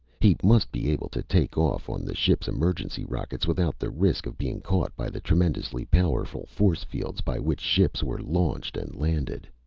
he must be able to take off on the ship's emergency rockets without the risk of being caught by the tremendously powerful force fields by which ships were launched and landed.